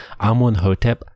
amunhotep